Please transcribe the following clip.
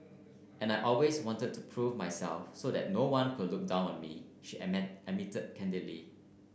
and I always wanted to prove myself so that no one would look down on me she admit admitted candidly